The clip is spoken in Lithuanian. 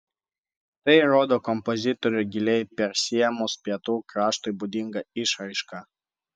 tai rodo kompozitorių giliai persiėmus pietų kraštui būdinga išraiška